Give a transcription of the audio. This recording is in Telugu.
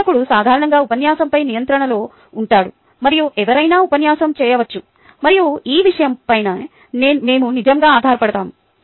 బోధకుడు సాధారణంగా ఉపన్యాసంపై నియంత్రణలో ఉంటాడు మరియు ఎవరైనా ఉపన్యాసం చేయవచ్చు మరియు ఈ విషయంపైనే మేము నిజంగా ఆధారపడతాము